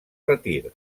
retir